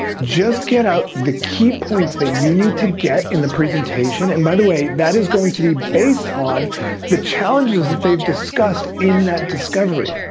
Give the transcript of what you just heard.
just get out the key points that you need to get in the presentation, and by the way, that is going to be based on the challenges that they've discussed in that discovery.